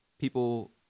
people